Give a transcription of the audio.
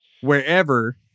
wherever